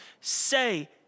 say